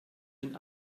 den